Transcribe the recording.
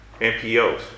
MPOs